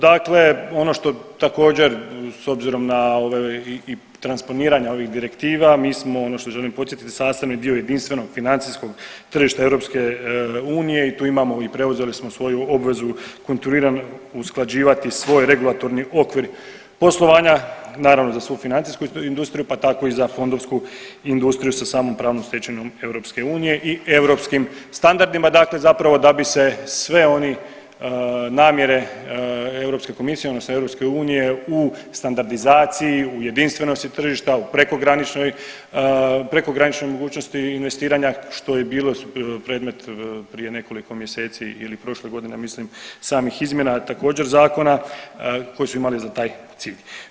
Dakle ono što također s obzirom na ove i transponiranja ovih direktiva mi smo ono što želim podsjetiti sastavni dio jedinstvenog financijskog tržišta EU i tu imamo i preuzeli smo svoju obvezu kontinuirano usklađivati svoj regulatorni okvir poslovanja naravno za svu financijsku industriju, pa tako i za fondovsku industriju sa samom pravnom stečevinom EU i europskim standardima dakle zapravo da bi se sve oni namjere Europske komisije odnosno EU u standardizaciji, u jedinstvenosti tržišta, u prekograničnoj, prekogranične mogućnosti investiranja, što je bilo predmet prije nekoliko mjeseci ili prošle godine ja mislim samih izmjena također zakona koji su imali za taj cilj.